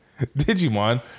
Digimon